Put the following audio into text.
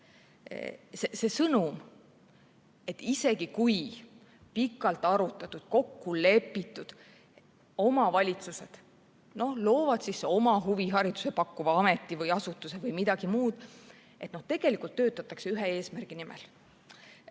see sõnum, et isegi kui pikalt arutatult, kokku lepitult omavalitsused loovad oma huviharidust pakkuva asutuse või midagi muud – tegelikult töötatakse ühe eesmärgi nimel.